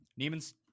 Neiman's